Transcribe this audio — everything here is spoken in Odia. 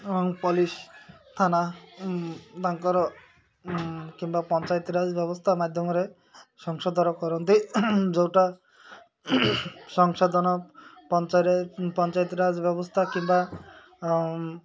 ଏବଂ ପୋଲିସ୍ ଥାନା ତାଙ୍କର କିମ୍ବା ପଞ୍ଚାୟତ ରାଜ ବ୍ୟବସ୍ଥା ମାଧ୍ୟମରେ ସଂଶୋଧନ କରନ୍ତି ଯେଉଁଟା ସଂଶୋଧନ ପଞ୍ଚାୟତ ରାଜ ବ୍ୟବସ୍ଥା କିମ୍ବା